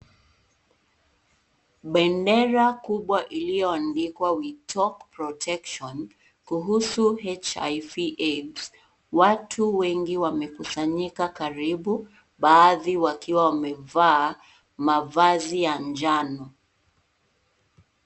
Bendera kubwa iliyoandikwa we talk protection kuhusu HIV aids watu wengi wamekusanyika karibu baadhi wakiwa wamevaa mavazi ya njano.